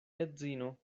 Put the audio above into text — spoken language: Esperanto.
edzino